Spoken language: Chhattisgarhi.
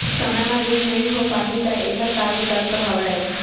समय म ऋण नइ हो पाहि त एखर का विकल्प हवय?